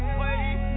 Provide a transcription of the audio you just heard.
wait